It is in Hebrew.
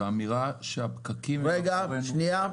והאמירה שהפקקים מאחורינו --- רגע, שנייה.